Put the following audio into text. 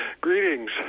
Greetings